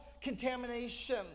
contamination